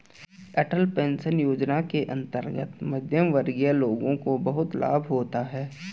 अटल pension Yojana के अंतर्गत मध्यमवर्गीय लोगों को बहुत लाभ होता है